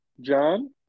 John